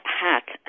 hat